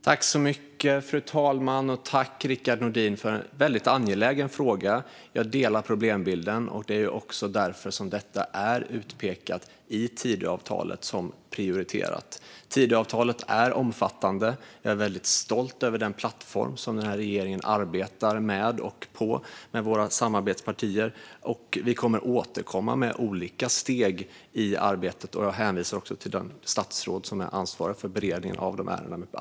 Fru talman! Tack, Rickard Nordin, för en väldigt angelägen fråga! Jag delar uppfattningen om problembilden, och det är också därför detta är utpekat som prioriterat i Tidöavtalet. Tidöavtalet är omfattande. Jag är väldigt stolt över den plattform som denna regering arbetar från, med våra samarbetspartier. Vi kommer att återkomma med olika steg i arbetet. Jag hänvisar också till det statsråd som ansvarar för beredningen av dessa ärenden.